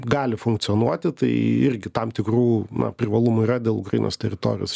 gali funkcionuoti tai irgi tam tikrų na privalumų yra dėl ukrainos teritorijos